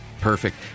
Perfect